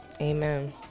Amen